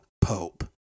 Pope